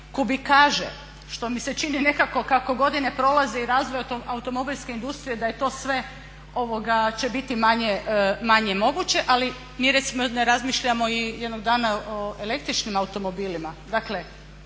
kubikaže što mi se čini nekako kako godine prolaze i razvoja automobilske autoindustrije da to sve će biti manje moguće ali mi recimo ujedno razmišljamo jednog dana i o električnim automobilima.